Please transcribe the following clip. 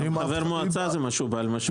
גם חבר מועצה זה בעל משמעות.